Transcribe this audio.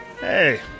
Hey